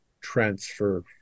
transfer